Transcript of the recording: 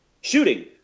shooting